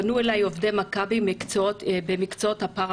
פנו אלי עובדי מכבי במקצועות הפרה-רפואיים